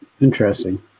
Interesting